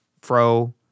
fro